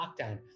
lockdown